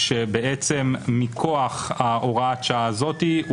כשבעצם מכוח הוראת השעה הזאתי,